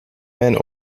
mijn